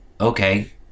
okay